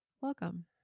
welcome